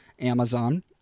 Amazon